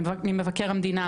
ממבקר המדינה,